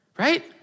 Right